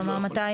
כלומר מתי?